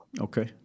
Okay